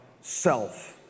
self